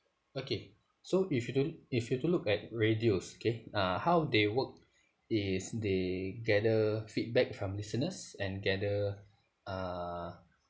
okay so if you don't if you don't look at radios okay uh how they work is they gather feedback from listeners and gather uh